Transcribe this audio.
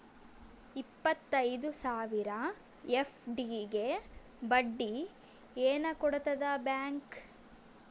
ಇಪ್ಪತ್ತೈದು ಸಾವಿರ ಎಫ್.ಡಿ ಗೆ ಬಡ್ಡಿ ಏನ ಕೊಡತದ ಬ್ಯಾಂಕ್?